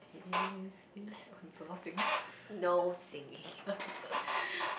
this is oh do not sing